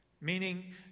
Meaning